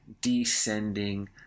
descending